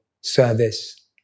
service